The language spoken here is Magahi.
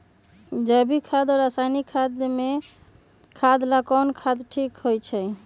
जैविक खाद और रासायनिक खाद में खेत ला कौन खाद ठीक होवैछे?